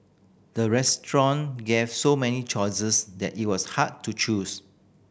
the restaurant gave so many choices that it was hard to choose